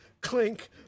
clink